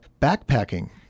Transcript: backpacking